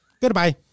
Goodbye